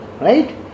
Right